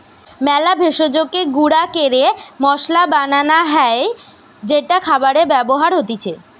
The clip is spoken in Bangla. মেলা ভেষজকে গুঁড়া ক্যরে মসলা বানান হ্যয় যেটা খাবারে ব্যবহার হতিছে